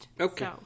Okay